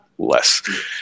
less